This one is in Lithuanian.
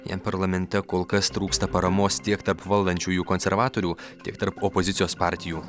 jam parlamente kol kas trūksta paramos tiek tarp valdančiųjų konservatorių tiek tarp opozicijos partijų